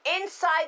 inside